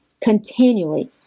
continually